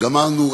גמרנו,